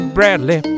Bradley